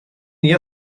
the